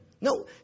No